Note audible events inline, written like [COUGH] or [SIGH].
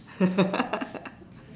[LAUGHS]